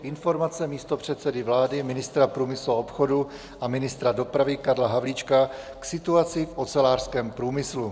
Informace místopředsedy vlády, ministra průmyslu a obchodu a ministra dopravy Karla Havlíčka k situaci v ocelářském průmyslu